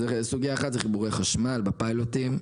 אז סוגייה אחת היא חיבורי חשמל בפיילוטים;